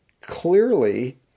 clearly